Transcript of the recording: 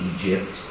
Egypt